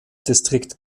distrikt